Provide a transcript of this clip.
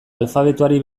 alfabetoari